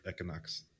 equinox